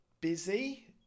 busy